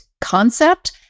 concept